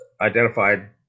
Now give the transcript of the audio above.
identified